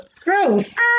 gross